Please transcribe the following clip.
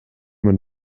man